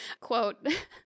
Quote